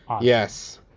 Yes